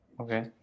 Okay